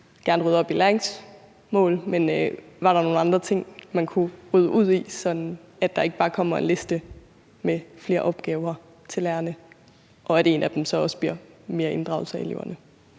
I vil gerne rydde op i læringsmål, men var der nogen andre ting, man kunne rydde ud i, sådan at der ikke bare kommer en liste med flere opgaver til lærerne og en af dem også bliver mere inddragelse af eleverne?